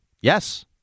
Yes